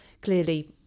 clearly